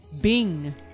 Bing